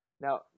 Now